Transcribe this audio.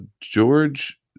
George